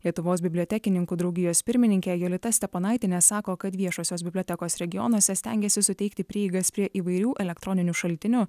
lietuvos bibliotekininkų draugijos pirmininkė jolita steponaitienė sako kad viešosios bibliotekos regionuose stengiasi suteikti prieigas prie įvairių elektroninių šaltinių